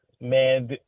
man